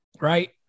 Right